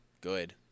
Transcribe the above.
good